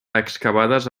excavades